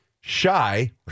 shy